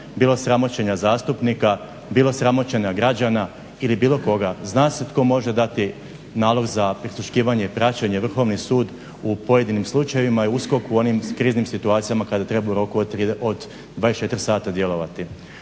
bilo sramoćenja zastupnika, bilo sramoćenja građana ili bilo koga. Zna se tko može dati nalog za prisluškivanje i praćenje Vrhovni sud u pojedinim slučajevima i USKOK u onim kriznim situacijama kada treba u roku od 24 sata djelovati.